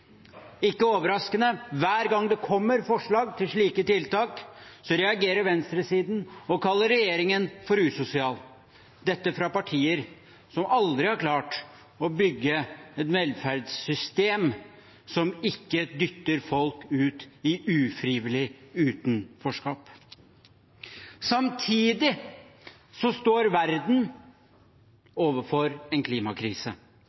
Ikke overraskende: Hver gang det kommer forslag om slike tiltak, reagerer venstresiden og kaller regjeringen usosial. Dette kommer fra partier som aldri har klart å bygge et velferdssystem som ikke dytter folk ut i ufrivillig utenforskap. Samtidig står verden overfor en klimakrise.